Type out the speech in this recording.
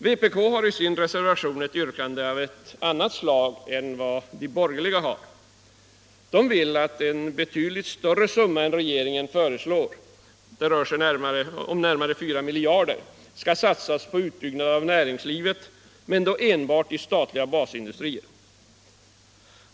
Vpk har i sin reservation ett yrkande av annat slag än de borgerliga och vill att en betydligt större summa än regeringen föreslår — det rör sig om närmare 4 miljarder — skall satsas på utbyggnad av näringslivet men då enbart i statliga basindustrier.